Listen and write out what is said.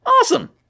awesome